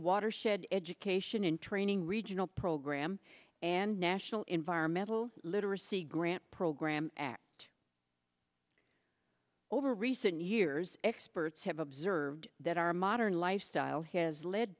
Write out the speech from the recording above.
watershed education and training regional program and national environmental literacy grant program act over recent years experts have observed that our modern lifestyle has led